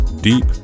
Deep